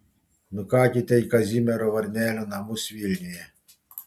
nukakite į kazimiero varnelio namus vilniuje